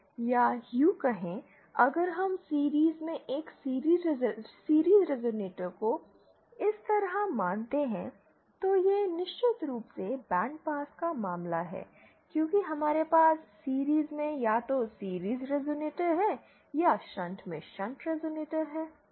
या यूं कहें अगर हम सीरिज़ में एक सीरिज़ रेज़ोनेटर को इस तरह मानते हैं तो यह निश्चित रूप से बैंड पास का मामला है क्योंकि हमारे पास सीरिज़ में या तो सीरिज़ रेज़ोनेटर है या शंट में शंट रेज़ोनेटर है